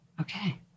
okay